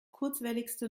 kurzwelligste